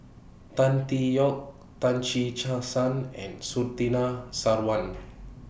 Tan Tee Yoke Tan Che Sang and Surtini Sarwan